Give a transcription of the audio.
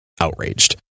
outraged